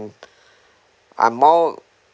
I'm more